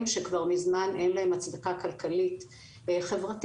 שכבר מזמן אין להם הצדקה כלכלית חברתית,